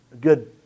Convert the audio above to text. good